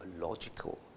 logical